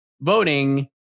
voting